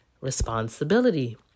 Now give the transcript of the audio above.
responsibility